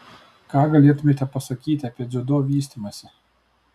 ką galėtumėte pasakyti apie dziudo vystymąsi